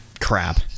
crap